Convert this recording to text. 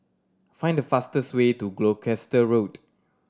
find the fastest way to Gloucester Road